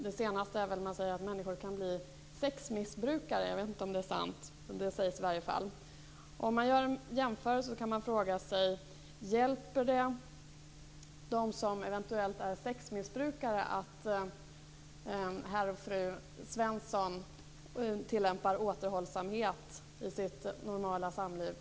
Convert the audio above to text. Det senaste är att man säger att människor kan bli sexmissbrukare. Jag vet inte som det är sant, men det sägs i alla fall så. Om man gör en jämförelse så kan fråga sig: Hjälper det dem som eventuellt är sexmissbrukare att herr och fru Svensson tillämpar återhållsamhet i sitt normala samliv?